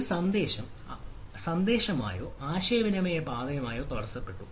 ഒരു സന്ദേശമോ ആശയവിനിമയ പാതയോ തടസ്സപ്പെട്ടു